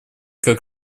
как